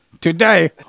Today